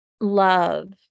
love